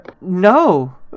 No